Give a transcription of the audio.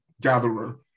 gatherer